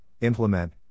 implement